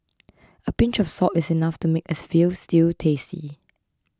a pinch of salt is enough to make a Veal Stew tasty